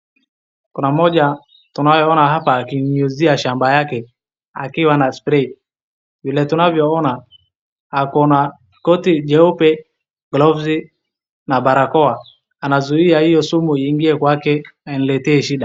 Kuna mmoja tunayeona hapa akinyunyizia shamba yake akiwa na spray .Vile tunavyo ona ako na koti jeupe gloves na barakoa. Anazuia hiyo sumu iingie kwake na imletee shida.